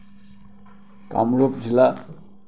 কামৰূপ জিলাত